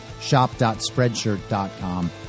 shop.spreadshirt.com